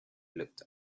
looked